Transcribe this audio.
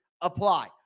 Apply